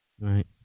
right